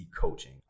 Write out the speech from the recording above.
coaching